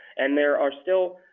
and there are still